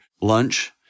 lunch